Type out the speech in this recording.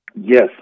Yes